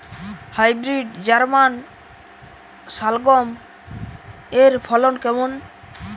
Hybrid German শালগম এর ফলন কেমন?